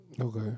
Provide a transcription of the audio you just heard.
Okay